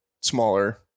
smaller